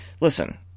Listen